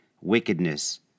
wickedness